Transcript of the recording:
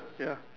ya